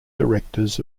directors